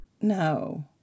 No